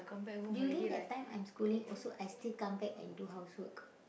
during that time I'm schooling also I still come back and do housework